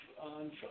on